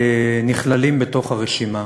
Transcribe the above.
נכללים ברשימה?